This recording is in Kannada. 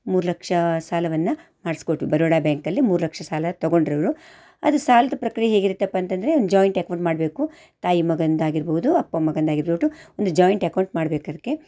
ಮೂರು ಲಕ್ಷ ಸಾಲವನ್ನು ಮಾಡಿಸ್ಕೊಟ್ವಿ ಬರೋಡ ಬ್ಯಾಂಕಲ್ಲಿ ಮೂರು ಲಕ್ಷ ಸಾಲ ತಗೊಂಡರಿವ್ರು ಅದು ಸಾಲದ ಪ್ರಕ್ರಿಯೆ ಹೇಗಿರುತ್ತಪ್ಪ ಅಂತ ಅಂದ್ರೆ ಒಂದು ಜಾಯಿಂಟ್ ಎಕೌಂಟ್ ಮಾಡಬೇಕು ತಾಯಿ ಮಗನದ್ದಾಗಿರ್ಬೋದು ಅಪ್ಪ ಮಗನದ್ದಾಗಿರ್ಬೋದು ಒಂದು ಜಾಯಿಂಟ್ ಎಕೌಂಟ್ ಮಾಡಬೇಕದಕ್ಕೆ